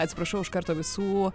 atsiprašau iš karto visų